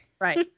Right